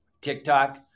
TikTok